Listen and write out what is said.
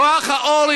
יש לנו פה הזדמנות.